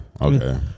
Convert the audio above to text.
okay